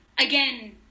again